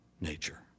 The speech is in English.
nature